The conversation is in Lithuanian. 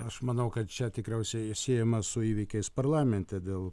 aš manau kad čia tikriausiai siejama su įvykiais parlamente dėl